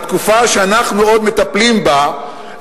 בתקופה שאנחנו עוד מטפלים בה,